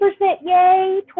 yay